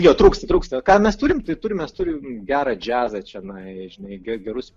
jo trūksta trūksta ką mes turim tai turim mes turim gerą džiazą čionai žinai ge gerus